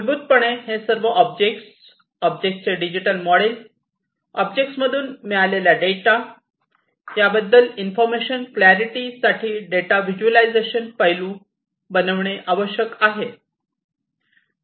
मूलभूतपणे हे सर्व ऑब्जेक्ट्स ऑब्जेक्ट्सचे डिजिटल मॉडेल ऑब्जेक्ट्समधून मिळविलेला डेटा याबद्दल इन्फॉर्मेशन क्लॅरिटीसाठी डेटा व्हिज्युअलायझेशन पैलू बनविणे आवश्यक आहे